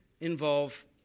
involve